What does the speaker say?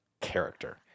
character